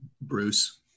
Bruce